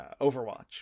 Overwatch